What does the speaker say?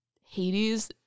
Hades